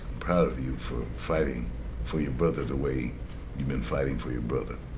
proud of you for fighting for your brother the way you been fighting for your brother.